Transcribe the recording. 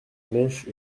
mèche